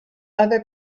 other